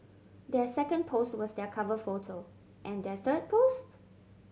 their second post was their cover photo and their third post